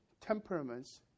temperaments